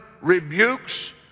rebukes